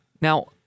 Now